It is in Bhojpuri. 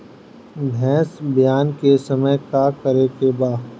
भैंस ब्यान के समय का करेके बा?